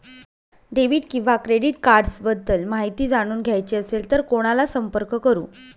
Debit किंवा credit cards बद्दल माहिती जाणून घ्यायची असेल तर कोणाला संपर्क करु?